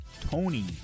Tony